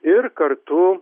ir kartu